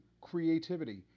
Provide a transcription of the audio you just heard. creativity